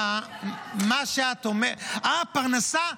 אה, פרנסה.